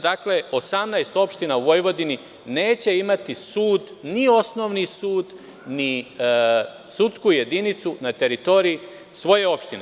Dakle, 18 opština u Vojvodini neće imati sud, ni Osnovni sud, ni sudsku jedinicu na teritoriji svoje opštine.